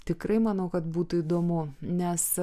tikrai manau kad būtų įdomu nes